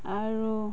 আৰু